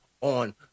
on